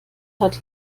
hat